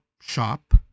shop